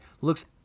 looks